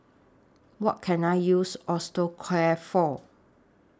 What Can I use Osteocare For